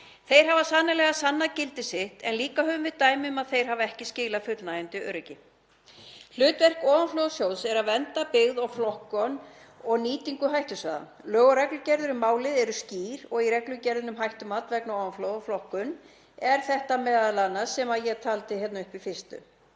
Þeir hafa sannarlega sannað gildi sitt en líka höfum við dæmi um að þeir hafi ekki skilað fullnægjandi öryggi. Hlutverk ofanflóðasjóðs er að vernda byggð og flokkun og nýtingu hættusvæða. Lög og reglugerðir um málið eru skýr og í reglugerðinni um hættumat vegna ofanflóða og flokkun er þetta m.a. sem ég taldi hér upp í fyrstu;